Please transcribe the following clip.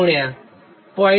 8 0